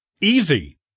Easy